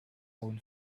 own